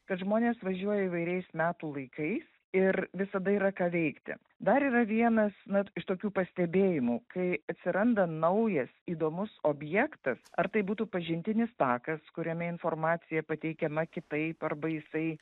kad žmonės važiuoja įvairiais metų laikais ir visada yra ką veikti dar yra vienas na iš tokių pastebėjimų kai atsiranda naujas įdomus objektas ar tai būtų pažintinis takas kuriame informacija pateikiama kitaip arba jisai